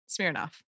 Smirnoff